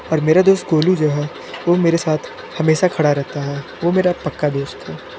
और मेरा दोस्त गोलू जो है वो मेरे साथ हमेशा खड़ा रहता है वो मेरा पक्का दोस्त है